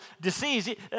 disease